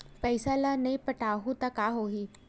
पईसा ल नई पटाहूँ का होही?